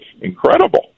incredible